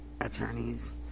attorneys